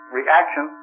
reaction